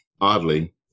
Oddly